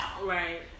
Right